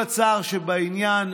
עם כל הצער שבעניין,